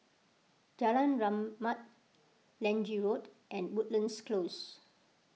Jalan Rahmat Lange Road and Woodlands Close